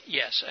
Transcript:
yes